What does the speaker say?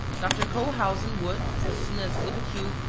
dr. cohausen would, as soon as look at you,